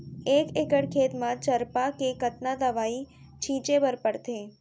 एक एकड़ खेत म चरपा के कतना दवई छिंचे बर पड़थे?